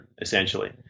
essentially